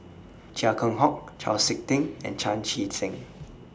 Chia Keng Hock Chau Sik Ting and Chan Chee Seng